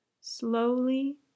Slowly